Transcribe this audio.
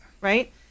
right